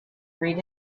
read